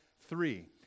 three